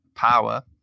Power